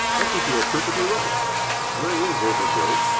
i think you are perfectly right leigh is over-built.